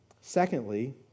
Secondly